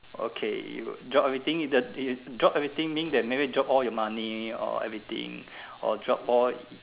okay you would drop everything you drop everything mean that maybe drop all your money or everything or drop all